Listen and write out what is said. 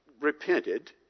repented